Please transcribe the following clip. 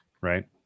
right